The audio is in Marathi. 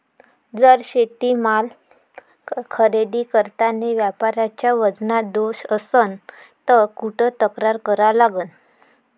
जर शेतीमाल खरेदी करतांनी व्यापाऱ्याच्या वजनात दोष असन त कुठ तक्रार करा लागन?